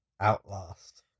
Outlast